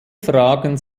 fragen